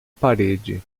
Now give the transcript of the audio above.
parede